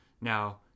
Now